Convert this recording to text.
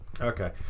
Okay